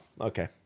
Okay